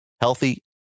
healthy